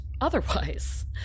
otherwise